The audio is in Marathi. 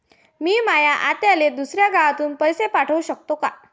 मी माया आत्याले दुसऱ्या गावातून पैसे पाठू शकतो का?